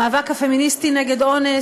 המאבק הפמיניסטי נגד אונס,